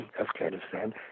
afghanistan